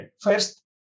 First